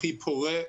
הכי פורה.